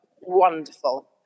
wonderful